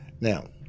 Now